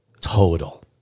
total